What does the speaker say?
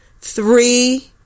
three